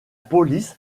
police